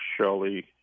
Shelley